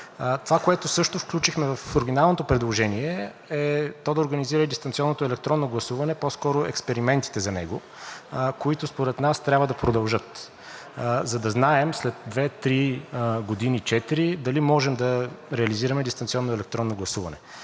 Това, което също включихме в оригиналното предложение, е то да организира дистанционното и електронното гласуване, по-скоро експериментите за него, които според нас трябва да продължат, за да знаем след две-три-четири години дали можем да реализираме дистанционно електронно гласуване.